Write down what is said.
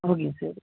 ஓகேங்க சார்